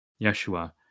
Yeshua